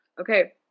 Okay